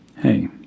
Hey